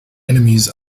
enemies